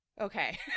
Okay